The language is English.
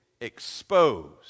exposed